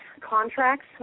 contracts